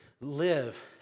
live